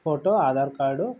photo Aadhaar card